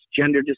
gender